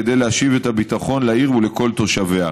כדי להשיב את הביטחון לעיר ולכל תושביה.